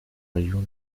région